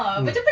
mm